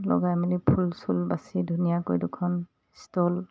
লগাই মেলি ফুল চুল বাচি ধুনীয়াকৈ দুখন ষ্টল